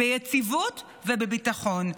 ביציבות ובביטחון,